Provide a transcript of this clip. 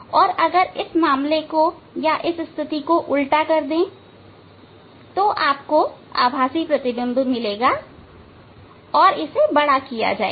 और इस मामले को उल्टा कर देतो आपको आभासी प्रतिबिंब मिलेगा और इसे बड़ा किया जाएगा